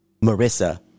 Marissa